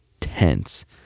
Tense